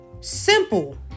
Simple